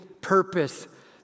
purpose